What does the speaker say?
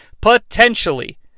Potentially